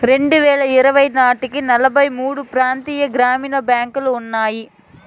రెండువేల ఇరవై నాటికి నలభై మూడు ప్రాంతీయ గ్రామీణ బ్యాంకులు ఉన్నాయి